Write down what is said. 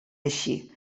així